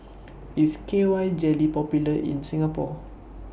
IS K Y Jelly Popular in Singapore